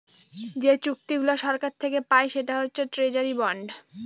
যে চুক্তিগুলা সরকার থাকে পায় সেটা হচ্ছে ট্রেজারি বন্ড